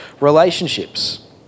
relationships